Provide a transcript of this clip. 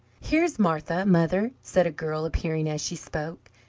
here's martha, mother! said a girl, appearing as she spoke.